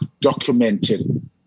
documented